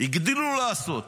הגדילו לעשות,